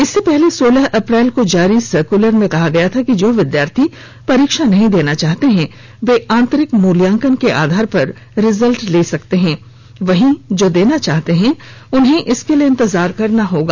इससे पहले सोलह अप्रैल को जारी सर्कलर में कहा गया था कि जो विद्यार्थी परीक्षा नहीं देना चाहते हैं वे आंतरिक मूल्यांकन के आधार पर रिजल्ट ले सकते हैं वहीं जो देना चाहते हैं उन्हें इसके लिए इंतजार करना होगा